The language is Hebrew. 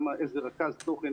איזה רכז תוכן,